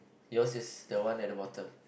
yours is the one at the bottom